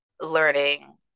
learning